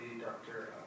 Dr